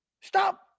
Stop